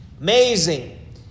Amazing